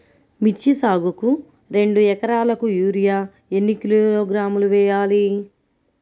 మిర్చి సాగుకు రెండు ఏకరాలకు యూరియా ఏన్ని కిలోగ్రాములు వేయాలి?